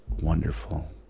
wonderful